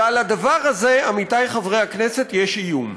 ועל הדבר הזה, עמיתי חברי הכנסת, יש איום.